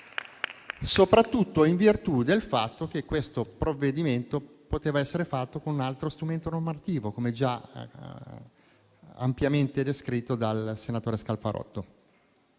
soprattutto in virtù del fatto che questo provvedimento poteva essere fatto con un altro strumento normativo, come già ampiamente descritto dal senatore Scalfarotto.